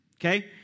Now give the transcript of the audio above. okay